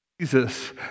Jesus